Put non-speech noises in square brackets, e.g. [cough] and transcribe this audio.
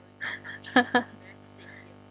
[laughs]